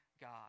God